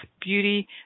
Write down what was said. beauty